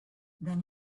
then